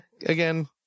again